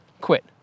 Quit